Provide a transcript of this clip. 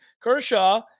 Kershaw